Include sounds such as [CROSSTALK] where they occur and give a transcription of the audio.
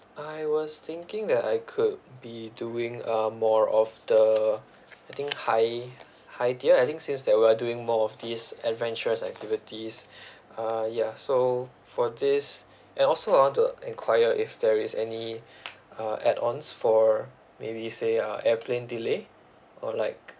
I was thinking that I could be doing uh more of the I think high high tier I think since that we're doing more of these adventurous activities [BREATH] uh ya so for this and also I want to enquire if there is any [BREATH] uh add ons for maybe say uh airplane delay or like